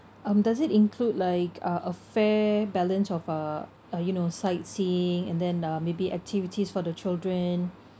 um does it include like uh a fair balance of uh uh you know sightseeing and then uh maybe activities for the children